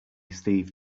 steve